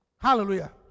Hallelujah